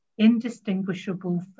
indistinguishable